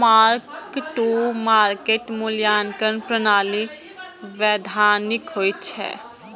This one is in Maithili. मार्क टू मार्केट मूल्यांकन प्रणाली वैधानिक होइ छै